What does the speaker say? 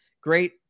great